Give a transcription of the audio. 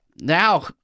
Now